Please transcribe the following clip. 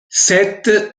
seth